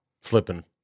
Flipping